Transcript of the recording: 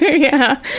yeah.